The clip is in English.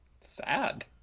Sad